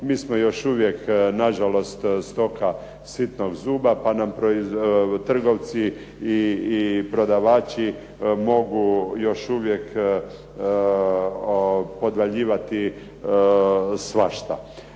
Mi smo još uvijek nažalost stoka sitnog zuba pa nam trgovci i prodavači mogu još uvijek podvaljivati svašta.